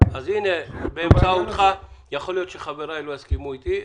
יכול להיות שחבריי לא יסכימו איתי,